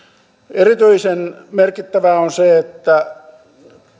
erityisen merkittävää on se että